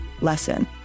lesson